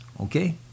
Okay